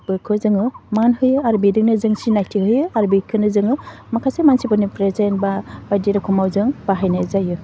बोखौ जोङो मान होयो आरो बेदोंनो जों सिनायथि होयो आरो बेखौनो जोङो माखासे मानसिफोरनि प्रेजेन्ट बा बायदि रखमाव जों बाहायनाय जायो